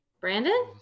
Brandon